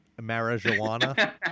marijuana